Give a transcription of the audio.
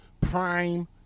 Prime